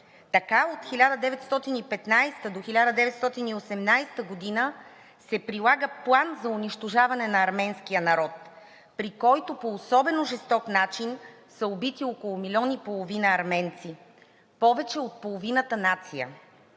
Така от 1915 г. до 1918 г. се прилага план за унищожаване на арменския народ, при който по особено жесток начин са убити около 1,5 милиона арменци – повече от половината нация,